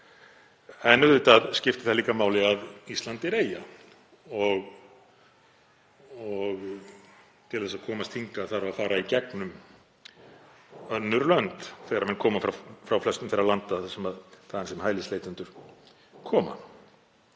En auðvitað skiptir það líka máli að Ísland er eyja og til að komast hingað þarf að fara í gegnum önnur lönd þegar menn koma frá flestum þeirra landa þaðan sem hælisleitendur koma.